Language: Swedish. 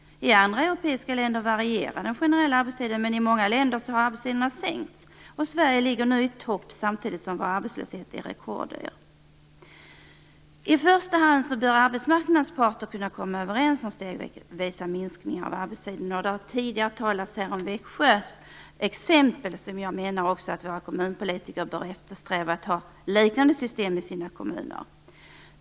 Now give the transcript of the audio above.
I andra europeiska länder varierar den generella arbetstiden, och i många länder har arbetstiderna sänkts. Sverige ligger nu i topp samtidigt som vår arbetslöshet är rekordhög. I första hand bör arbetsmarknadens parter kunna komma överens om stegvisa minskningar av arbetstiderna. Det har tidigare talats om Växjös exempel. Jag anser att våra kommunpolitiker bör eftersträva att ha liknande system i sina kommuner.